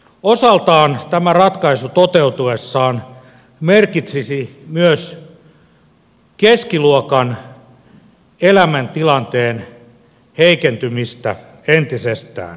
osaltaan tämä ratkaisu toteutuessaan merkitsisi myös keskiluokan elämäntilanteen heikentymistä entisestään